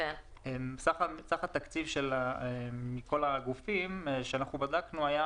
סך התקציב מכל הגופים שאנחנו בדקנו היה